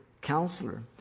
counselor